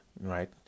right